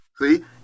See